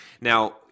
Now